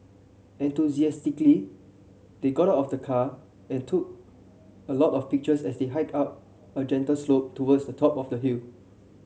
enthusiastically they got out of the car and took a lot of pictures as they hiked up a gentle slope towards the top of the hill